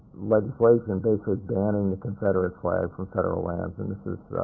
legislation basically banning the confederate flag from federal lands. and this is